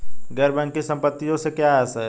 गैर बैंकिंग संपत्तियों से क्या आशय है?